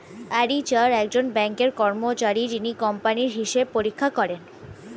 auditor একজন ব্যাঙ্কের কর্মচারী যিনি কোম্পানির হিসাব পরীক্ষা করেন